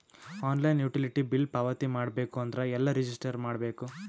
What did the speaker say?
Online utility bill ಪಾವತಿ ಮಾಡಬೇಕು ಅಂದ್ರ ಎಲ್ಲ ರಜಿಸ್ಟರ್ ಮಾಡ್ಬೇಕು?